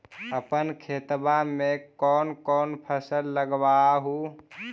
अपन खेतबा मे कौन कौन फसल लगबा हू?